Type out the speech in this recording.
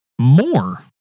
more